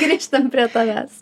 grįžtam prie tavęs